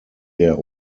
der